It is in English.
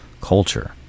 culture